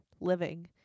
living